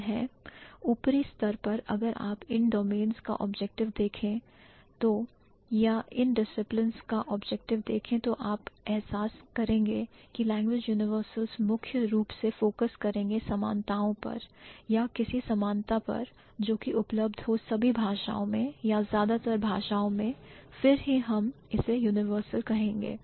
ऊपरी स्तर पर अगर आप इन domains का objective देखें तो या इन disciplines का objective देखें तो आप एहसास करेंगे कि language universals मुख्य रूप से फोकस करेंगे समानताऔ पर या किसी समानता पर जोखिम उपलब्ध हो सभी भाषाओं में या ज्यादातर भाषाओं में फिर ही हम इससे universal कहेंगे